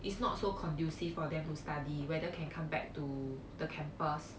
it's not so conducive for them to study whether can come back to the campus